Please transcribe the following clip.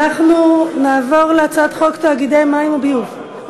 אנחנו נעבור להצעת חוק תאגידי מים וביוב.